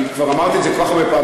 כבר אמרתי את זה כל כך הרבה פעמים,